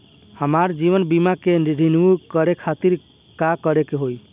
हमार जीवन बीमा के रिन्यू करे खातिर का करे के होई?